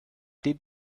did